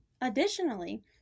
Additionally